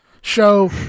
show